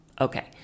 Okay